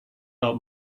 out